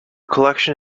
collection